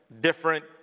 different